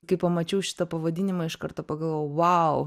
kai pamačiau šitą pavadinimą iš karto pagalvojau vau